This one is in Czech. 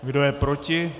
Kdo je proti?